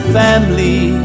family